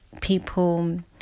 people